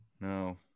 No